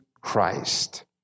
Christ